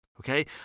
okay